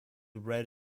red